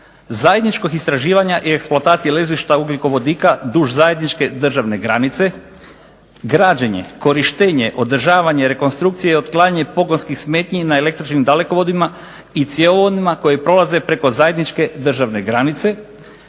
zajedničkog istraživanja i eksploatacije ležišta ugljikovodika duž zajedničke državne granice, građenje, korištenje, održavanje rekonstrukcije i otklanjanje pogonskih smetnji na električnim dalekovodima i cjevovodima koji prolaze preko zajedničke državne granice